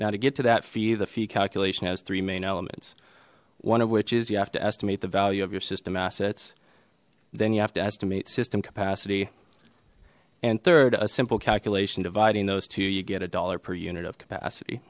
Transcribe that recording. now to get to that fee the fee calculation has three main elements one of which is you have to estimate the value of your system assets then you have to estimate system capacity and third a simple calculation dividing those two you get one dollar per unit of